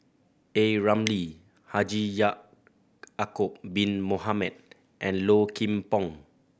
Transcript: A Ramli Haji Ya'acob Bin Mohamed and Low Kim Pong